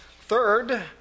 third